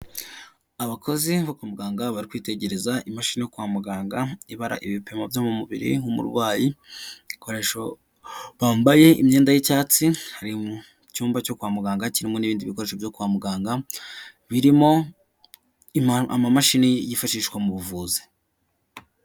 Abakozi bo kwa muganga bari kwitegereza imashini yo kwa muganga ibara ibipimo byo mu mubiri nk'umurwayi bambaye imyenda y'icyatsi bari mu cyumba cyo kwa muganga kirimo n'ibindi bikoresho byo kwa muganga, birimo amamashini yifashishwa mu buvuzi.